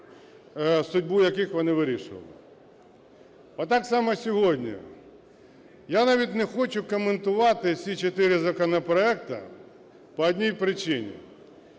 судьбу яких вони вирішували. Отак само сьогодні. Я навіть не хочу коментувати всі чотири законопроекти по одній причині